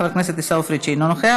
חבר הכנסת עיסאווי פריג' אינו נוכח,